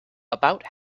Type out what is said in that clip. about